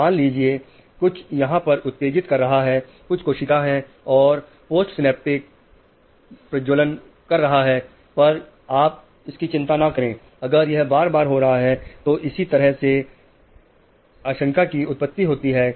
मान लीजिए कुछ यहां पर उत्तेजित कर रहा है कुछ कोशिका है और पोस्ट सिनेप्टिक दीप प्रज्वलन कर रहा है पर आप उसकी चिंता ना करें अगर यह बार बार हो रहा है तो इसी तरह से भय्या आशंका की उत्पत्ति होती है